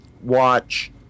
watch